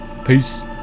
Peace